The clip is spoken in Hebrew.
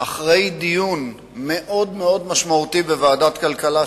אחרי דיון מאוד משמעותי בוועדת הכלכלה,